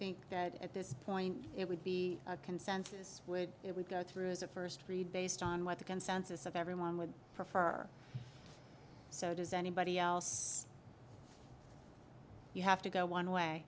think that at this point it would be a consensus would it would go through as a first grade based on what the consensus of everyone would prefer so does anybody else you have to go one way